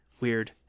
weird